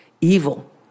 evil